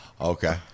Okay